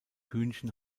hühnchen